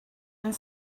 and